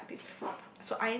she like this food